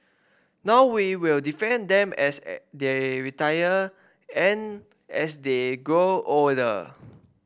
now we will defend them as they retire and as they grow older